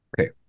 Okay